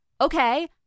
Okay